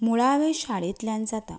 मुळावे शाळेंतल्यान जाता